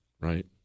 right